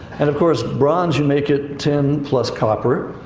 and, of course, bronze, you make it tin plus copper.